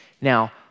Now